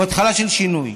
הוא התחלה של שינוי.